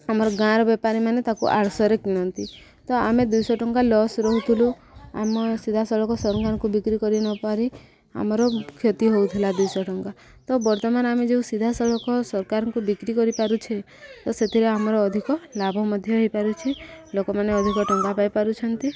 ଆମର ଗାଁର ବେପାରୀମାନେ ତାକୁ ଆଠଶହରେ କିଣନ୍ତି ତ ଆମେ ଦୁଇଶହ ଟଙ୍କା ଲସ୍ ରହୁଥିଲୁ ଆମ ସିଧାସଳଖ ସରକାରଙ୍କୁ ବିକ୍ରି କରି ନପାରି ଆମର କ୍ଷତି ହଉଥିଲା ଦୁଇଶହ ଟଙ୍କା ତ ବର୍ତ୍ତମାନ ଆମେ ଯୋଉ ସିଧାସଳଖ ସରକାରଙ୍କୁ ବିକ୍ରି କରିପାରୁଛେ ତ ସେଥିରେ ଆମର ଅଧିକ ଲାଭ ମଧ୍ୟ ହେଇପାରୁଛେ ଲୋକମାନେ ଅଧିକ ଟଙ୍କା ପାଇପାରୁଛନ୍ତି